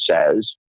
says